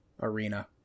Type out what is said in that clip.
arena